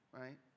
right